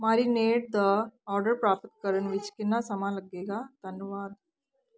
marinade ਦਾ order ਪ੍ਰਾਪਤ ਕਰਨ ਵਿੱਚ ਕਿੰਨਾ ਸਮਾਂ ਲੱਗੇਗਾ ਧੰਨਵਾਦ